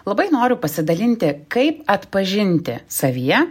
labai noriu pasidalinti kaip atpažinti savyje